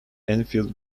enfield